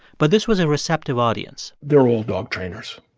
but this was a receptive audience they were all dog trainers,